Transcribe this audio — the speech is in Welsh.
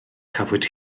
cafwyd